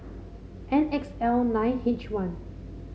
N X L nine H one